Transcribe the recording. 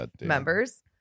members